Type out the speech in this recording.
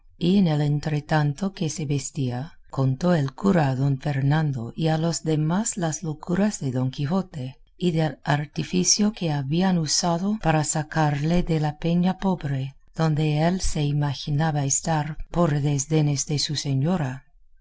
en el entretanto que se vestía contó el cura a don fernando y a los demás las locuras de don quijote y del artificio que habían usado para sacarle de la peña pobre donde él se imaginaba estar por desdenes de su señora